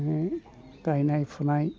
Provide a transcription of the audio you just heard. बिदिनो गायनाय फुनाय